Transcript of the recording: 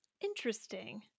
Interesting